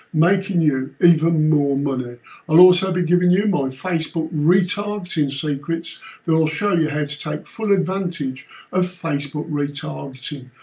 making you even more money. i will also be giving you my facebook retargeting secrets that will show you how to take full advantage of facebook retargeting.